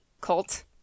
cult